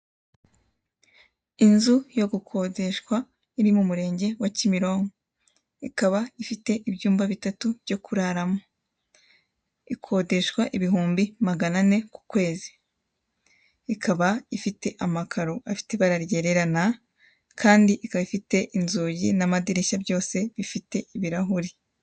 Inzu yo gukodeshwa iri mu murenge wa Kimironko. Ikaba ifite ibyumba bitatu byo kuraramo. Ikodeshwa ibihumbi magana ane ku kwezi. Ikaba ifite amakaro afite ibara ryererana, kandi ikaba ifite inzu n'amadirishya byose bifite ibirahuri.